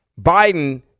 Biden